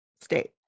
state